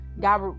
God